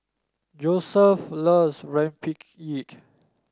Joesph loves Rempeyek